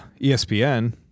ESPN